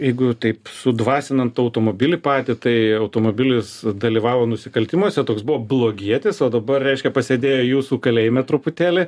jeigu taip sudvasinant automobilį patį tai automobilis dalyvavo nusikaltimuose toks buvo blogietis o dabar reiškia pasėdėjo jūsų kalėjime truputėlį